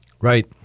Right